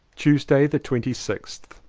tuesday the twenty sixth.